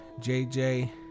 JJ